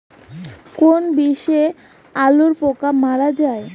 কোন বিষে আলুর পোকা মারা যায়?